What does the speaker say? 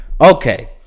Okay